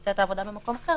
שמבצע את העבודה במקום אחר,